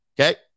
Okay